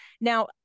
Now